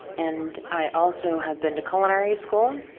and i also have been to culinary school.